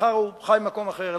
מחר הוא חי במקום אחר,